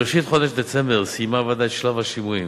בראשית חודש דצמבר סיימה הוועדה את שלב השימועים.